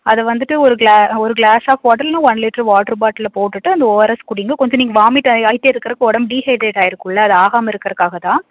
அது வந்துட்டு ஒரு க்ளா ஒரு க்ளாஸ் ஆஃப் வாட்டர் இல்லேனா ஒன் லிட்டரு வாட்டரு பாட்டிலில் போட்டுவிட்டு அந்த ஓஆர்எஸ் குடிங்க கொஞ்சம் நீங்கள் வாமிட் ஆ ஆகிட்டே இருக்கிறக்கு உடம்பு டீஹைட்ரேட் ஆகிருக்கும்ல அது ஆகாமல் இருக்கிறக்காக தான்